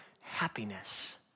happiness